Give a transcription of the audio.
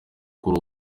kuri